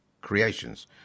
Creations